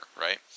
right